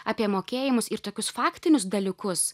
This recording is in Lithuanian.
apie mokėjimus ir tokius faktinius dalykus